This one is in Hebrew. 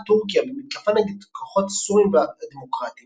פתחה טורקיה במתקפה נגד הכוחות הסוריים הדמוקרטיים,